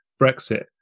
Brexit